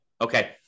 Okay